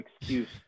excuse